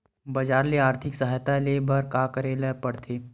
बजार ले आर्थिक सहायता ले बर का का करे ल पड़थे?